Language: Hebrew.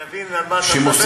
שאני אבין על מה אתה מדבר,